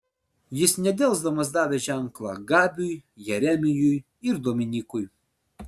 jis nedelsdamas davė ženklą gabiui jeremijui ir dominykui